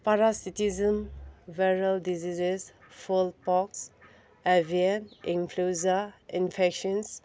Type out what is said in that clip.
ꯄꯔꯥ ꯁꯤꯇꯤꯖꯟ viral diseases fowl pox ꯑꯦꯕꯤꯌꯦꯠ ꯏꯟꯀ꯭ꯂꯨꯖꯥ ꯏꯟꯐꯦꯛꯁꯟꯁ